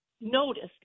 noticed